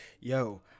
yo